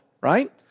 right